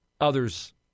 Others